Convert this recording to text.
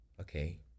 okay